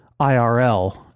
IRL